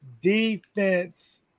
defense